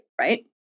right